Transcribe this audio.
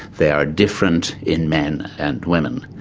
they are different in men and women.